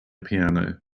piano